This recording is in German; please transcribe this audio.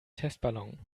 testballon